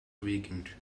weakened